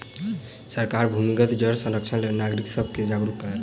सरकार भूमिगत जल संरक्षणक लेल नागरिक सब के जागरूक केलक